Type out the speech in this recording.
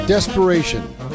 Desperation